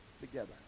together